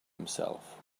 himself